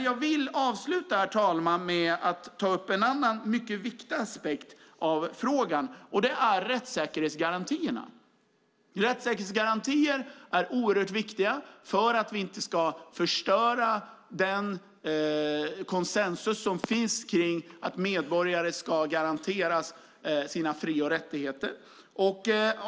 Jag vill avsluta, herr talman, med att ta upp en annan aspekt av frågan, och det är rättssäkerhetsgarantierna. Rättssäkerhetsgarantier är oerhört viktiga för att vi inte ska förstöra den konsensus som finns om att medborgare ska garanteras sina fri och rättigheter.